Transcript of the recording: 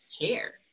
care